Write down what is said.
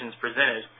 presented